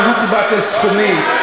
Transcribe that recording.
לא מדובר כאן בסכומים.